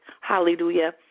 hallelujah